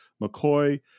McCoy